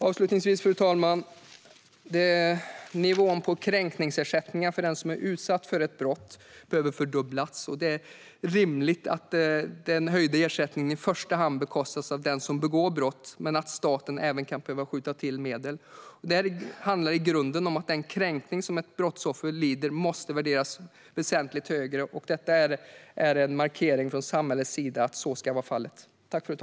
Avslutningsvis, fru talman, behöver nivån på kränkningsersättningen för den som utsatts för ett brott fördubblas. Det är rimligt att den höjda ersättningen i första hand bekostas av den som begått brottet, men även staten kan behöva skjuta till medel. Det handlar i grunden om att den kränkning som ett brottsoffer lider måste värderas väsentligt högre, och detta är en markering från samhällets sida att så ska vara fallet.